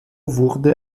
wurde